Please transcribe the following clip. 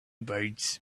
birds